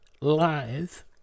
Live